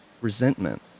resentment